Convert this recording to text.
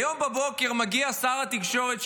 היום בבוקר מגיע שר התקשורת,